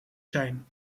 zijn